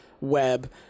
web